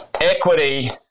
equity